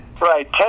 Right